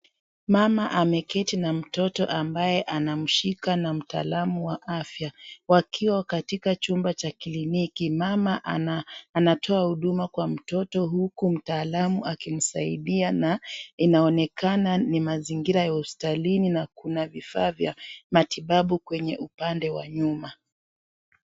Mama ameketi na mtoto ambaye anamshika na mtaalamu wa afya wakiwa katika chumba cha kliniki. Mama anatoa huduma kwa mtoto huku mtaalamu akimsaidia na inaonekana ni mazingira ya hospitalini na kuna vifaa vya matibabu kwenye upande wa nyuma.